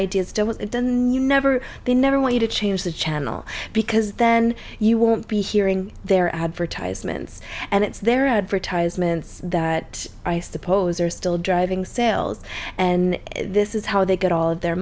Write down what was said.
ideas don't you never they never want you to change the channel because then you won't be hearing their advertisements and it's their advertisements that i suppose are still driving sales and this is how they get all of their